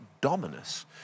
dominus